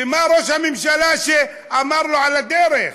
ומה ראש הממשלה אמר לו על הדרך?